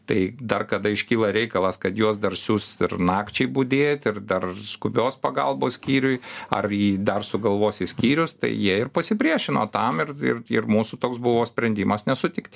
tai dar kada iškyla reikalas kad juos dar siųs ir nakčiai budėt ir dar skubios pagalbos skyriuj ar ji dar sugalvos į skyrius tai jie ir pasipriešino tam ir ir ir mūsų toks buvo sprendimas nesutikt